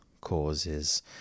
causes